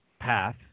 path